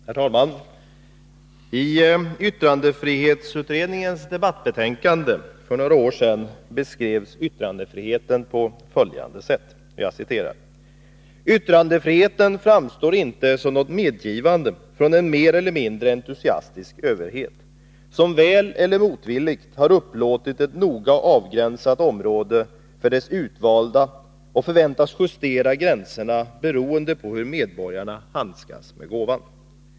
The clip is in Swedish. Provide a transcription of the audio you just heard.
Herr talman! I yttrandefrihetsutredningens debattbetänkande för några år sedan beskrevs yttrandefriheten på följande sätt: ”Yttrandefriheten framstår inte som något medgivande från en mer eller mindre entusiastisk överhet, som väleller motvilligt har upplåtit ett noga avgränsat område för dess utvalda och förväntas justera gränserna beroende på hur medborgarna handskas med gåvan.